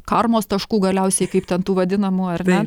karmos taškų galiausiai kaip ten tų vadinamų ar ne